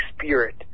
Spirit